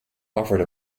offered